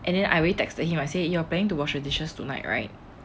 and then I already texted him I said you are planning to wash the dishes tonight right